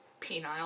penile